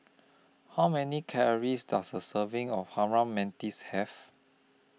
How Many Calories Does A Serving of Harum Manis Have